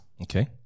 Okay